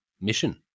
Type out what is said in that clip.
mission